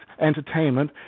Entertainment